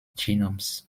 genomes